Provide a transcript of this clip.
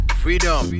freedom